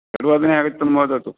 षड् वादने आगन्तुं वदतु